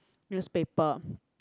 newspaper